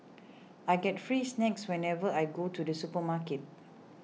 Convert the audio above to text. I get free snacks whenever I go to the supermarket